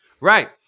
Right